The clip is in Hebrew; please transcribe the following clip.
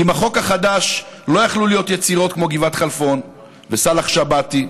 עם החוק החדש לא יכלו להיות יצירות כמו גבעת חלפון וסאלח שבתי.